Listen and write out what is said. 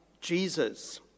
Jesus